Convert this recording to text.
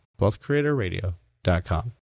wealthcreatorradio.com